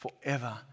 forever